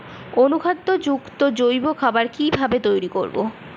অনুখাদ্য যুক্ত জৈব খাবার কিভাবে তৈরি করব?